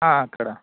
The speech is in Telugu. అక్కడ